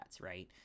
right